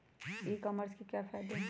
ई commerce के क्या फायदे हैं?